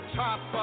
top